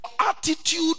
attitude